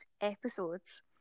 episodes